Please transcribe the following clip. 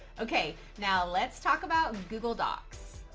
okay, now let's talk about google docs.